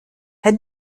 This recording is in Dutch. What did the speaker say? het